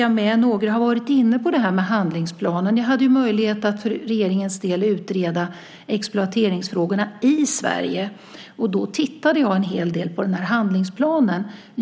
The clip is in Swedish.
Några har varit inne på handlingsplanen. Jag hade möjlighet att för regeringens del utreda exploateringsfrågorna i Sverige. Då tittade jag en hel del på handlingsplanen.